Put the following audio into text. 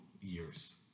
years